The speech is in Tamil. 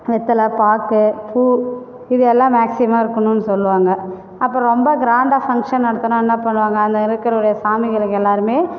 வெத்தலை பாக்கு பூ இது எல்லாம் மேக்ஸிமம் இருக்கணுன்னு சொல்வாங்க அப்போ ரொம்ப க்ராண்டாக ஃபங்க்ஷன் நடத்தினா என்ன பண்ணுவாங்க அங்கே இருக்கிற சாமிகளுக்கு எல்லாருமே